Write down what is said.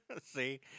See